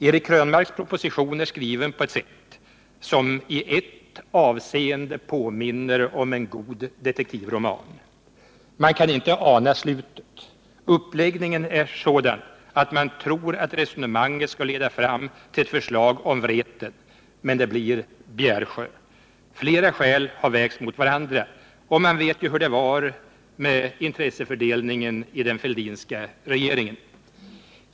Eric Krönmarks proposition är skriven på ett sätt som i ett avseende påminner om en god detektivroman: man kan inte ana slutet. Uppläggningen är sådan att man tror att resonemanget skall leda fram till ett förslag om Vreten, men det blir Bjärsjö. Flera skäl har vägts mot varandra, och man vet ju hur det var med intressefördelningen i den Fälldinska regeringen.